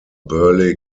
burley